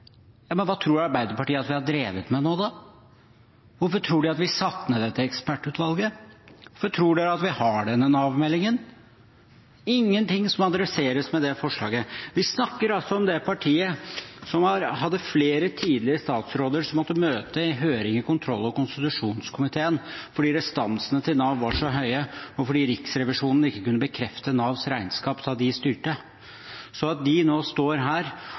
Men hva tror Arbeiderpartiet at vi har drevet med nå, da? Hvorfor tror de at vi satte ned dette ekspertutvalget? Hvorfor tror de at vi har denne Nav-meldingen? Det er ingenting som adresseres med det forslaget. Vi snakker altså om det partiet som hadde flere tidligere statsråder som måtte møte i høring i kontroll- og konstitusjonskomiteen fordi restansene til Nav var så høye, og fordi Riksrevisjonen ikke kunne bekrefte Navs regnskap da partiet styrte. Så at de nå står her